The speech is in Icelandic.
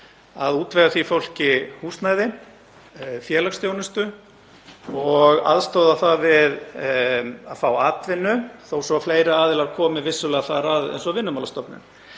að útvega því fólki húsnæði, félagsþjónustu og aðstoða það við að fá atvinnu, þó svo að fleiri aðilar komi vissulega þar að eins og Vinnumálastofnun.